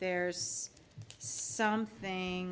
there's something